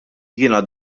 jiena